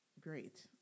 great